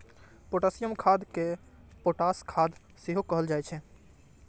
potassium खाद कें potash खाद सेहो कहल जाइ छै